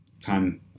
time